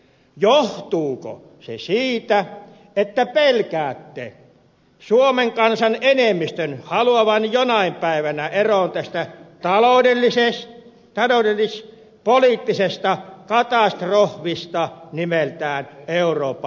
johtuuko se siitä että pelkäätte suomen kansan enemmistön haluavan jonain päivänä eroon tästä taloudellis poliittisesta katastrofista nimeltään euroopan unioni